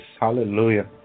Hallelujah